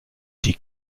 die